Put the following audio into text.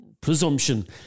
presumption